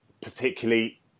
particularly